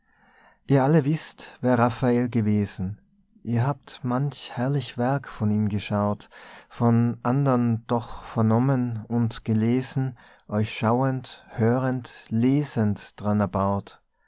ihr alle wißt wer raphael gewesen ihr habt manch herrlich werk von ihm geschaut von andern doch vernommen und gelesen euch schauend hörend lesend dran erbaut